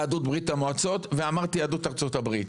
יהדות ברית-המועצות, ואמרתי יהדות ארצות-הברית.